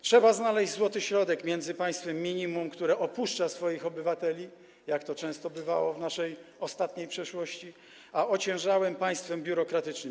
Trzeba znaleźć złoty środek między państwem minimum, które opuszcza swoich obywateli, jak to często bywało w naszej ostatniej przeszłości, a ociężałym państwem biurokratycznym.